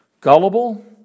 gullible